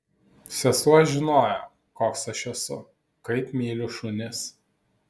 sesuo žinojo koks aš esu kaip myliu šunis